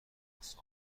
اقصا